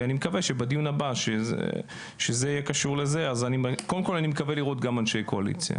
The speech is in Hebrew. אני מקווה שבדיון הבא בנושא הזה אני מקווה לראות גם אנשי קואליציה.